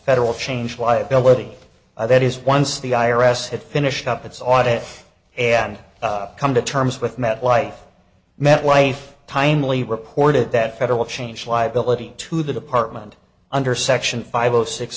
federal change liability by that is once the i r s had finished up its audit and come to terms with metlife met life timely reported that federal change liability to the department under section five zero six